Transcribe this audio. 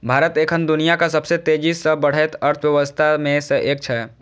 भारत एखन दुनियाक सबसं तेजी सं बढ़ैत अर्थव्यवस्था मे सं एक छै